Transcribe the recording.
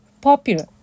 popular